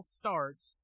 starts